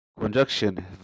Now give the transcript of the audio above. conjunction